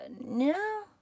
no